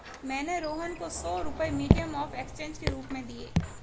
मैंने रोहन को सौ रुपए मीडियम ऑफ़ एक्सचेंज के रूप में दिए